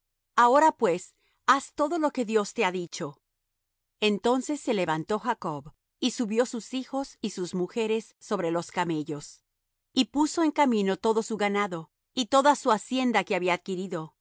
ahora pues haz todo lo que dios te ha dicho entonces se levantó jacob y subió sus hijos y sus mujeres sobre los camellos y puso en camino todo su ganado y toda su hacienda que había adquirido